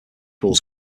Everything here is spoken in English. pools